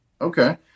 Okay